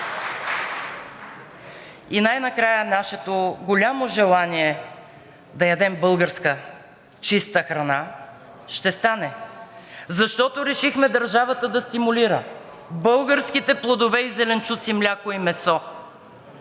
И най-накрая нашето голямо желание да ядем българска чиста храна ще стане, защото решихме държавата да стимулира българските плодове и зеленчуци, мляко и месо